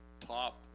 top